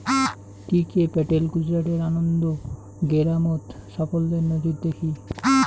টি K Patel গুজরাটের আনন্দ গেরামত সাফল্যের নজির দ্যাখি